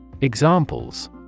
Examples